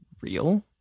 real